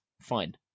fine